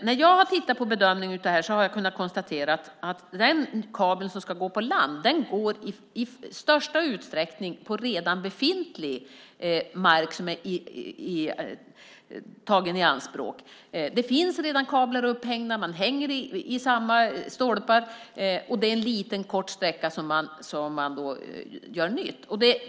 När jag har tittat på bedömningen av det här har jag kunnat konstatera att den kabel som ska gå på land i största utsträckning går på redan befintlig mark som är tagen i anspråk. Det finns redan kablar upphängda. Man hänger i samma stolpar. Det är på en liten, kort sträcka som man gör nytt.